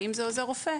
ואם זה עוזר רופא,